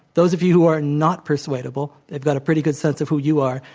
those of you who are not persuadable, they've got a pretty good sense of who you are.